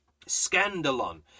scandalon